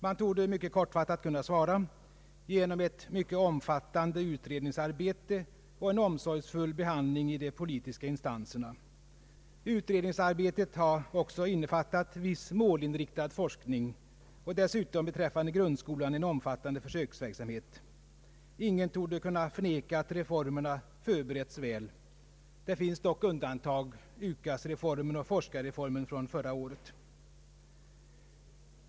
Man torde kortfattat kunna svara: Genom ett mycket omfattande utredningsarbete och en omsorgsfull behandling i de politiska instanserna. Utredningsarbetet har också innefattat viss målinriktad forskning och dessutom beträffande grundskolan en omfattande försöksverksamhet. Ingen torde kunna förneka att reformerna förberetts väl. Det finns dock undantag — UKAS-reformen och forskarreformen från förra året.